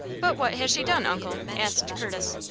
but what has she done, uncle? asked curtis.